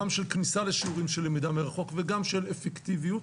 גם של כניסה לשיעורים של למידה מרחוק וגם של אפקטיביות.